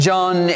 John